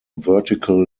vertical